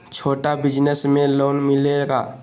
छोटा बिजनस में लोन मिलेगा?